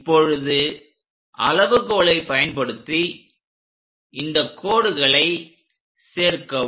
இப்பொழுது அளவுகோலை பயன்படுத்தி இந்த கோடுகளை சேர்க்கவும்